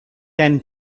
ten